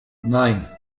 nine